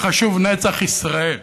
וחשוב נצח ישראל.